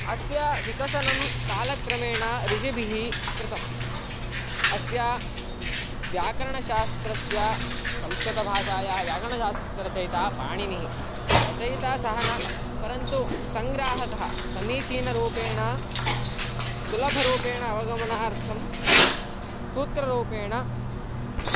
अस्य विकसनं कालक्रमेण ऋषिभिः कृतम् अस्य व्याकरणशास्त्रस्य संस्कृतभाषायाः व्याकरणशास्त्ररचयिता पाणिनिः रचयिता सः न परन्तु सङ्ग्राहकः समीचीनरूपेण सुलभरूपेण अवगमनार्थं सूत्ररूपेण